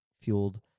fueled